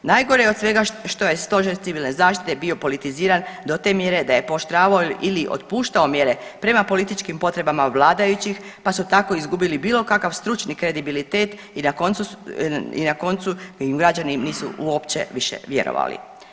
Najgore od svega što je Stožer Civilne zaštite bio politiziran do te mjere da je pooštravao ili otpuštao mjere prema političkim potrebama vladajućih, pa su tako izgubili bilo kakav stručni kredibilitet i na koncu im građani nisu više vjerovali.